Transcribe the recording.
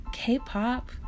k-pop